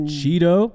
Cheeto